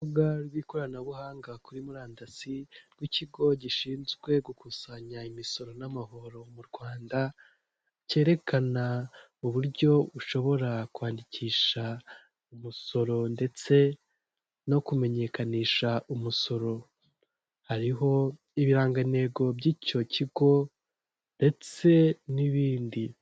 Irubuga rw'ikoranabuhanga kuri murandasi rw'ikigo gishinzwe gukusanya imisoro n'amahoro mu Rwanda, cyerekana uburyo bushobora kwandikisha umusoro ndetse no kumenyekanisha umusoro, hariho ibirangantego by'icyo kigo ndetse n'ibindi.